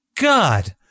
God